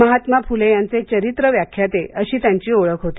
महात्मा फुले यांचे चरित्र व्याख्याते अशी त्यांची ओळख होती